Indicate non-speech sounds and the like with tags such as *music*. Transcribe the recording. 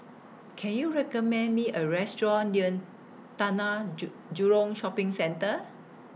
Can YOU recommend Me A Restaurant near Taman *unintelligible* Jurong Shopping Centre